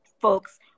folks